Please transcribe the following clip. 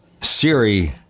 Siri